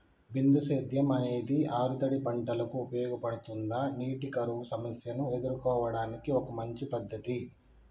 బిందు సేద్యం అనేది ఆరుతడి పంటలకు ఉపయోగపడుతుందా నీటి కరువు సమస్యను ఎదుర్కోవడానికి ఒక మంచి పద్ధతి?